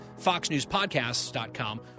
FoxNewsPodcasts.com